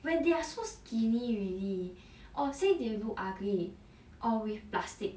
when they are so skinny already or say they look ugly or with plastic